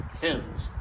hymns